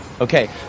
Okay